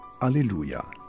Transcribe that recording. Alleluia